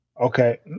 Okay